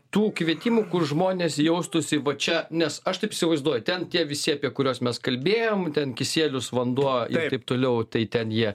tų kvietimų kur žmonės jaustųsi va čia nes aš taip įsivaizduoju ten tie visi apie kuriuos mes kalbėjom ten kisielius vanduo ir taip toliau tai ten jie